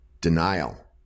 Denial